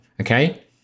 okay